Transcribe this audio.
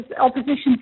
opposition